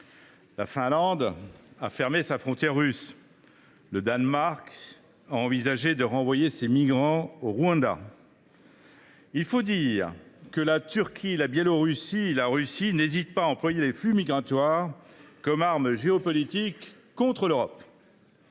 la Finlande a fermé sa frontière avec la Russie et le Danemark a envisagé de renvoyer ses migrants vers le Rwanda. Il faut dire que la Turquie, la Biélorussie et la Russie n’hésitent pas à employer les flux migratoires comme une arme géopolitique contre l’Europe.